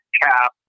cap